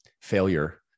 failure